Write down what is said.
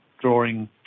drawing